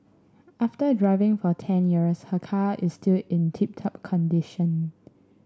after driving for ten years her car is still in tip top condition